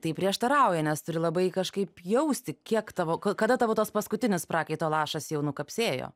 tai prieštarauja nes turi labai kažkaip jausti kiek tavo ka kada tavo tas paskutinis prakaito lašas jau nukapsėjo